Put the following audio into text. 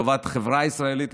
לטובת החברה הישראלית,